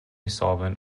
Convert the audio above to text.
solvent